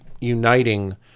uniting